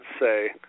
say